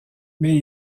mais